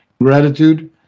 gratitude